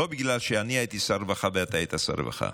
לא בגלל שאני הייתי שר רווחה ואתה היית שר רווחה,